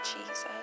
Jesus